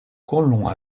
colons